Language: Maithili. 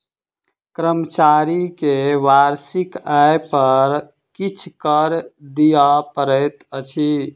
कर्मचारी के वार्षिक आय पर किछ कर दिअ पड़ैत अछि